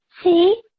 See